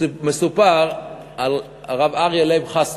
מסופר על הרב אריה לייב חסמן,